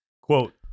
Quote